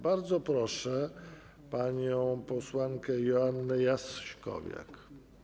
Bardzo proszę panią posłankę Joannę Jaśkowiak.